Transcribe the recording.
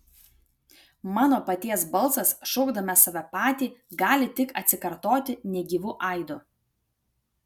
mano paties balsas šaukdamas save patį gali tik atsikartoti negyvu aidu